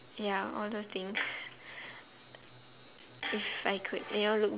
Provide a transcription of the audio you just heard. ya all those things if I could you know look